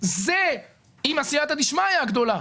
זה עם הסיעתא דשמייא הגדולה,